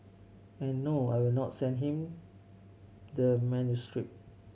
and no I will not send him the manuscript